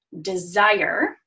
desire